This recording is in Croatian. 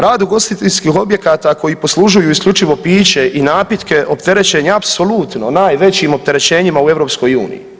Rad ugostiteljskih objekata koji poslužuju isključivo piće i napitke opterećen je apsolutno najvećim opterećenjima u EU.